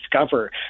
discover